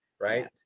Right